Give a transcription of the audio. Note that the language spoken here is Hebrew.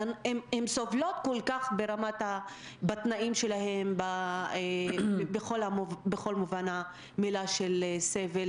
הן סובלות כל כך בתנאים שלהן בכל מובן המילה של סבל,